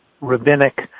rabbinic